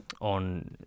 on